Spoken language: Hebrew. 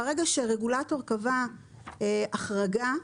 ברגע שרגולטור קבע החרגה,